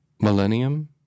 millennium